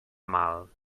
mal